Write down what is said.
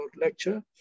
lecture